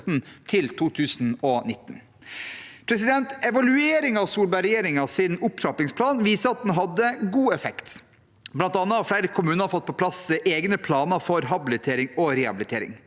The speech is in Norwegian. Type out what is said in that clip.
til 2019. Evalueringen av Solberg-regjeringens opptrappingsplan viser at den hadde god effekt. Blant annet har flere kommuner fått på plass egne planer for habilitering og rehabilitering.